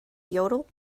yodel